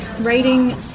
writing